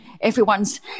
everyone's